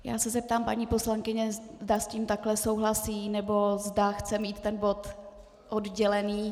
Já se zeptám paní poslankyně, zda s tím takhle souhlasí, nebo zda chce mít bod oddělený.